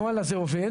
הנוהל הזה עובד,